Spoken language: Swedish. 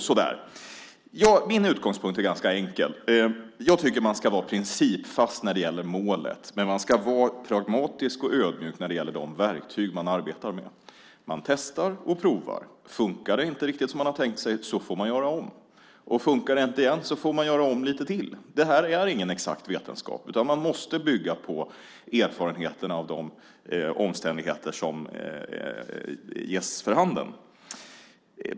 Min utgångspunkt är ganska enkel. Jag tycker att man ska vara principfast när det gäller målet, men man ska vara pragmatisk och ödmjuk när det gäller de verktyg man arbetar med. Man testar och provar. Funkar det inte riktigt som man har tänkt sig får man göra om, och funkar det inte igen får man gör om lite till. Det här är ingen exakt vetenskap, utan man måste bygga på erfarenheterna av de omständigheter som finns för handen.